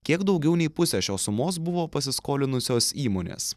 kiek daugiau nei pusę šios sumos buvo pasiskolinusios įmonės